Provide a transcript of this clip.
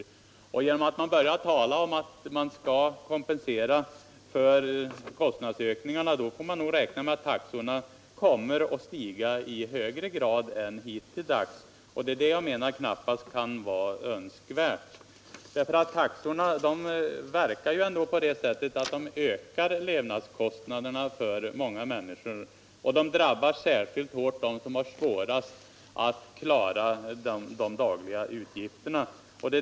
I och med att man talar om att man skall kompenseras för kostnadsökningarna får vi nog räkna med att taxorna kommer att stiga i större utsträckning än hittills. Det anser jag inte vara önskvärt. En höjning av taxorna ökar levnadskostnaderna för många människor och drabbar särskilt hårt dem som har svårast att klara de dagliga utgifterna.